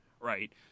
right